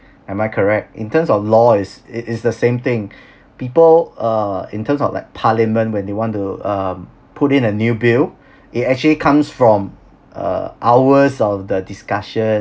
am I correct in terms of laws is it is the same thing people uh in terms of like parliament when they want to um put in a new bill it actually comes from uh hours of the discussion